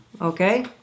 Okay